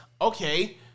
okay